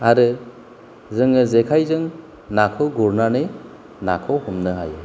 आरो जोङो जेखायजों नाखौ गुरनानै नाखौ हमनो हायो